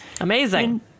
Amazing